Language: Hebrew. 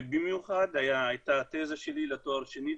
במיוחד הייתה התזה שלי לתואר שני,